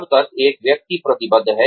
जब तक एक व्यक्ति प्रतिबद्ध है